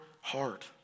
heart